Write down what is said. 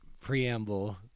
preamble